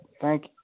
thank